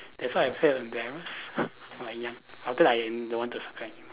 that's why I felt embarrassed when I young after that I don't want to subscribe anymore